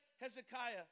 Hezekiah